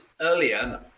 earlier